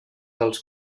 als